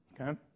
okay